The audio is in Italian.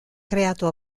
creato